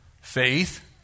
Faith